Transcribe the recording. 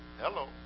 Hello